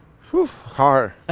Hard